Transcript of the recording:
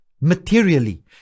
materially